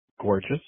gorgeous